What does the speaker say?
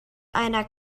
einer